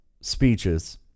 speeches